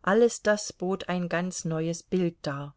alles das bot ein ganz neues bild dar